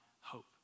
hope